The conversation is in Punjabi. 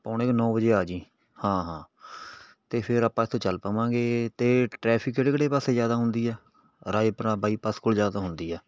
ਪੌਣੇ ਕੁ ਨੌ ਵਜੇ ਆ ਜਾਵੀ ਹਾਂ ਹਾਂ ਅਤੇ ਫਿਰ ਆਪਾਂ ਇੱਥੋਂ ਚੱਲ ਪਵਾਂਗੇ ਅਤੇ ਟਰੈਫਿਕ ਕਿਹੜੇ ਕਿਹੜੇ ਪਾਸੇ ਜ਼ਿਆਦਾ ਹੁੰਦੀ ਹੈ ਰਾਏਪੁਰਾ ਬਾਈਪਾਸ ਕੋਲ ਜ਼ਿਆਦਾ ਹੁੰਦੀ ਆ